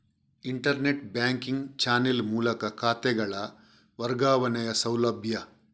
internet banking channel ಮೂಲಕ ಖಾತೆಗಳ ವರ್ಗಾವಣೆಯ ಸೌಲಭ್ಯ